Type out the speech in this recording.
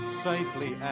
safely